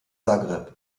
zagreb